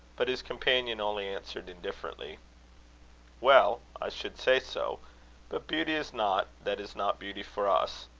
but his companion only answered indifferently well, i should say so but beauty is not, that is not beauty for us.